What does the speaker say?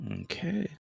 Okay